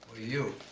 you.